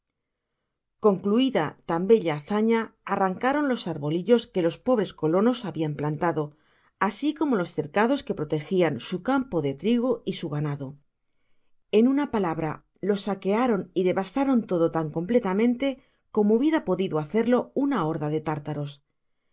concluida tan bella hazaña arrancaron los arbolillos que los pobres colonos habian plantado asi como los cercado que protegian su campo de trigo y su ganado en una palabra lo saquearon y devastaron todo tan completamente como hubiera podido hacerlo una horda de tártaros